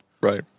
Right